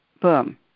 boom